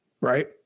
right